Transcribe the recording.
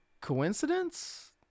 Coincidence